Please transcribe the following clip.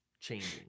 changing